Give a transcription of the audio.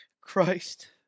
Christ